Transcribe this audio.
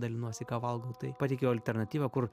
dalinuosi ką valgau tai pateikiau alternatyvą kur